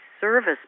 service